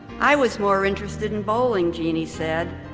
i was more interested in bowling jeanne said.